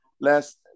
last